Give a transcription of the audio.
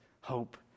hope